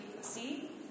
see